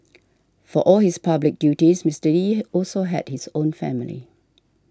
for all his public duties Mister Lee also had his own family